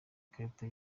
ikarita